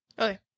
Okay